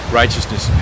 righteousness